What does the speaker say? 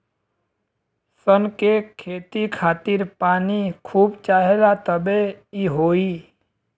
सन के खेती खातिर पानी खूब चाहेला तबे इ होई